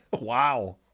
Wow